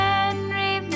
Henry